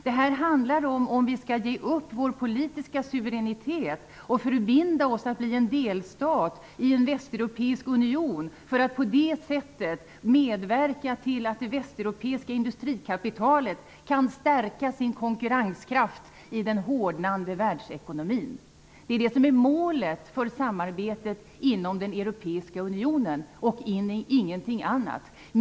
Vad det handlar om är om vi skall ge upp vår politiska suveränitet och förbinda oss att bli en delstat i en västeuropeisk union, för att på det sättet medverka till att det västeuropeiska industrikapitalet kan stärka sin konkurrenskraft i den hårdnande världsekonomin. Det är det som är målet för samarbetet inom den europeiska unionen, ingenting annat.